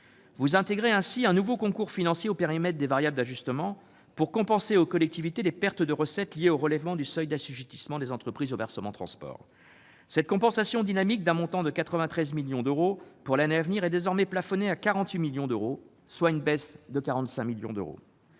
vous intégrez un nouveau concours financier au périmètre des variables d'ajustement, pour compenser aux collectivités territoriales les pertes de recettes liées au relèvement du seuil d'assujettissement des entreprises au versement transport. Cette compensation dynamique, d'un montant de 93 millions d'euros pour l'année à venir, est désormais plafonnée à 48 millions d'euros, ce qui entraîne une baisse de 45 millions d'euros